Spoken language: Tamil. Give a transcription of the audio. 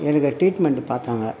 எனக்கு ட்ரீட்மென்ட்டு பார்த்தாங்க